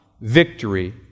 victory